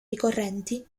ricorrenti